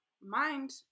mind